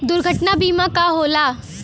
दुर्घटना बीमा का होला?